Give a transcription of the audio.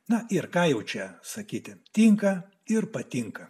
na ir ką jau čia sakyti tinka ir patinka